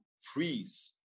freeze